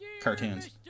cartoons